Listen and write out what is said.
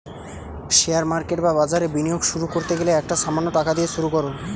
share market বা বাজারে বিনিয়োগ শুরু করতে গেলে একটা সামান্য টাকা দিয়ে শুরু করো